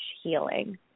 healing